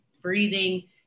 breathing